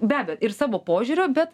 be abejo ir savo požiūrio bet